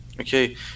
Okay